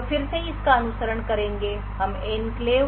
तो फिर से इसका अनुसरण करेंगे हम एन्क्लेव